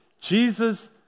Jesus